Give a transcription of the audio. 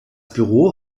büro